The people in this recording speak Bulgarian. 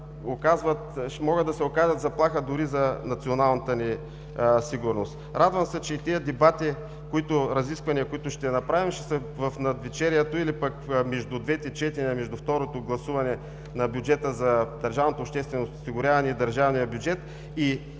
могат да се окажат заплаха дори за националната ни сигурност. Радвам се, че тези дебати, разисквания, които ще направим, ще са в навечерието или между двете четения – между второто гласуване на бюджета за държавното обществено осигуряване и държавния бюджет,